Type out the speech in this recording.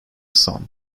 sun